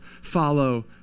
follow